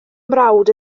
mrawd